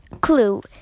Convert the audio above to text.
Clue